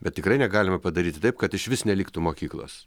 bet tikrai negalima padaryti taip kad išvis neliktų mokyklos